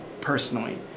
personally